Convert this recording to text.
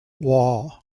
wall